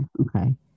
okay